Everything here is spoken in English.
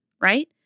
right